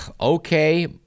okay